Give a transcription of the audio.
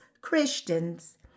Christians